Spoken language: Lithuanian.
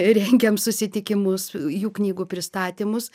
rengiam susitikimus jų knygų pristatymus